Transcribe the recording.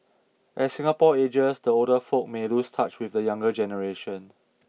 as Singapore ages the older folk may lose touch with the younger generation